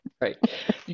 right